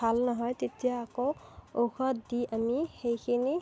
ভাল নহয় তেতিয়া আকৌ ঔষধ দি আমি সেইখিনি